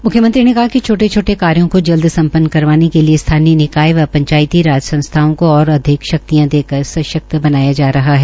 म्ख्यमंत्री ने कहा कि छोटे छोटे कार्यो को जल्द सपन्न करवाने के लिये स्थानीय निकाय व पंचायती राज संस्थाओं को ओर अधिक शक्तियां देकर सशक्त बनाया जा रहा है